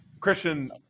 Christian